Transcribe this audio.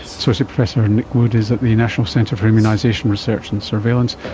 associate professor nick wood is at the national centre for immunisation research and surveillance,